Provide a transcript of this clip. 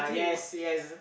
yes yes